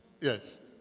Yes